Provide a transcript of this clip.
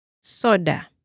soda